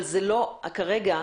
אבל כרגע,